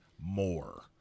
more